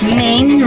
main